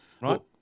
Right